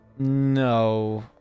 No